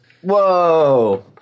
Whoa